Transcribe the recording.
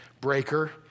breaker